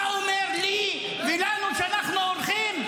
להלן תרגומם:) אתה אומר לי ולנו שאנחנו אורחים.